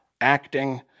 acting